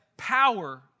power